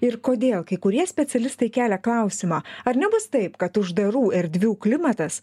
ir kodėl kai kurie specialistai kelia klausimą ar nebus taip kad uždarų erdvių klimatas